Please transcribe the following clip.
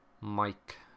Mike